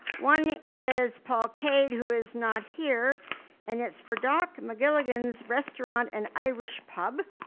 one is paul cade who is not here and it's for doc magilligans restaurant and irish pub,